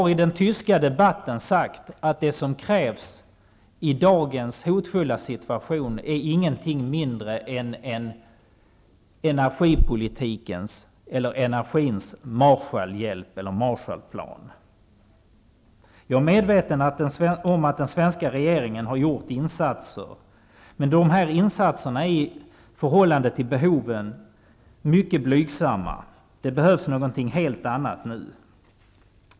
I den tyska debatten har sagts att det som krävs i dagens hotfulla situation är ingenting mindre än en energins Marshallplan. Jag är medveten om att den svenska regeringen har gjort insatser. Men insatserna är i förhållande till behoven mycket blygsamma. Det behövs någonting helt annat nu.